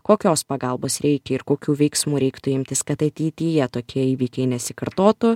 kokios pagalbos reikia ir kokių veiksmų reiktų imtis kad ateityje tokie įvykiai nesikartotų